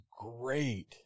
great